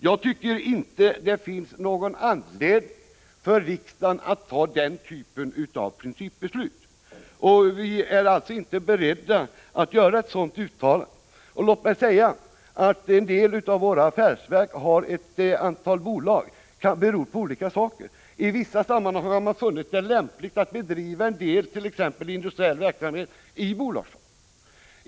Jag tycker inte det finns någon anledning för riksdagen att ta den typen av principbeslut. Vi är alltså inte beredda att göra ett sådant uttalande. Att en del av våra affärsverk har ett antal dotterbolag kan bero på olika saker. I vissa sammanhang har man funnit det lämpligt att bedriva t.ex. industriell verksamhet i bolagsform.